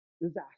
disaster